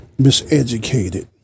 miseducated